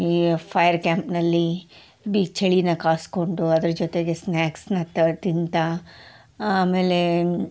ಈ ಫಯರ್ ಕ್ಯಾಂಪ್ನಲ್ಲಿ ಬಿ ಚಳಿನ ಕಾಸ್ಕೊಂಡು ಅದ್ರ ಜೊತೆಗೆ ಸ್ನ್ಯಾಕ್ಸ್ನ ತ ತಿಂತ ಆಮೇಲೆ